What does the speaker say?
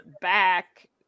back